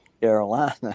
carolina